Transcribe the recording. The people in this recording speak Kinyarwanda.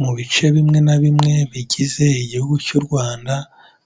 Mu bice bimwe na bimwe bigize igihugu cy'u Rwanda